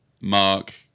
Mark